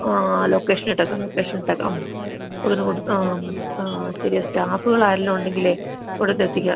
ആ ആ ലൊക്കേഷനിട്ടേക്കാം ലൊക്കേഷനിട്ടേക്കാം അതിന് കൂടി ആം ആ ശരിയാണ് സ്റ്റാഫ്കളാരേലും ഉണ്ടെങ്കിൽ അവിടെത്തെത് എത്തിക്കാം